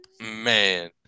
Man